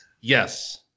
yes